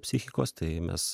psichikos tai mes